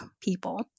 people